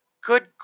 Good